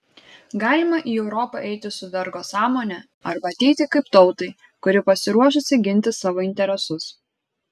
galima į europą eiti su vergo sąmone arba ateiti kaip tautai kuri pasiruošusi ginti savo interesus